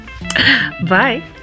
bye